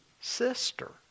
sister